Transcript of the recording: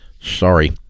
sorry